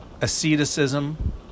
asceticism